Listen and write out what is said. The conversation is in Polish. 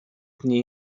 czterech